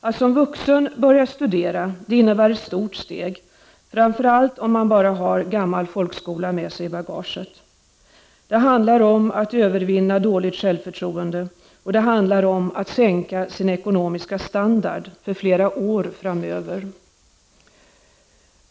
Att som vuxen börja studera innebär ett stort steg, framför allt om man bara har den gämla folkskolan med sig i bagaget. Det handlar om att övervinna dåligt självförtroende, och det handlar om att sänka sin ekonomiska standard för flera år framöver.